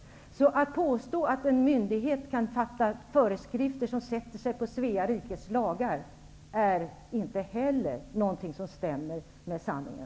Att påstå att en myndighet kan tillämpa föreskrifter som sätter sig på Svea rikes lagar är därför inte heller något som stämmer överens med sanningen.